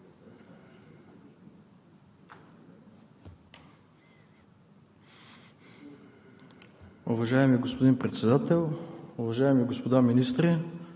Уважаеми господин Председател, уважаеми господин